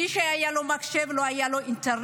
מי שהיה לו מחשב, לא היה לו אינטרנט.